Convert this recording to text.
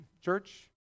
church